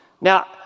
Now